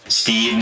steve